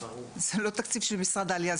זה לא תקציב של משרד העלייה,